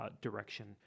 direction